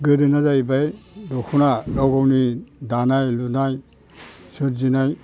गोदोना जाहैबाय दख'ना गाव गावनि दानाय लुनाय सोरजिनाय